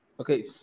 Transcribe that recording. Okay